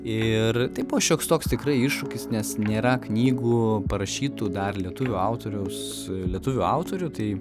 ir tai buvo šioks toks tikrai iššūkis nes nėra knygų parašytų dar lietuvių autoriaus lietuvių autorių tai